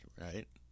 right